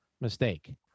mistake